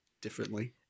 differently